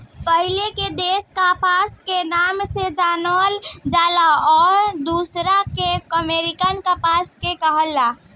पहिले के देशी कपास के नाम से जानल जाला आ दुसरका के अमेरिकन कपास के कहाला